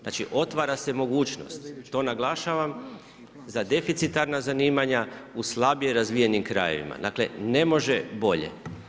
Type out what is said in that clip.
Znači otvara se mogućnost, to naglašavam za deficitarna zanimanja u slabije razvijenim krajevima, dakle ne može bolje.